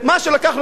ומה שלא לקחנו,